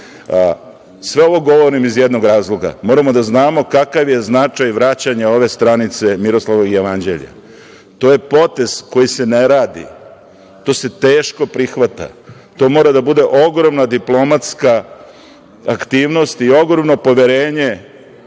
nas. Sve ovo govorim iz jednog razloga, moramo da znamo kakav je značaj vraćanja ove stranice Miroslavljevog jevanđelja. To je potez koji se ne radi. To se teško prihvata. To mora da bude ogromna diplomatska aktivnost i ogromno poverenje